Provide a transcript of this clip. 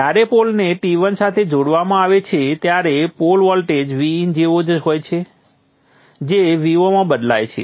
જ્યારે પોલને T1 સાથે જોડવામાં આવે છે ત્યારે પોલ વોલ્ટેજ Vin જેવો જ હોય છે જે Vo માં બદલાય છે